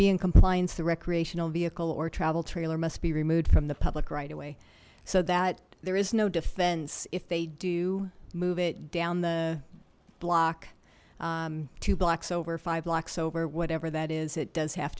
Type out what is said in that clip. be in compliance the recreational vehicle or travel trailer must be removed from the public right away so that there is no defense if they do move it down the block two blocks over five blocks over whatever that is it does have